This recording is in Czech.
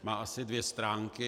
Má asi dvě stránky.